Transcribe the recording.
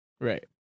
Right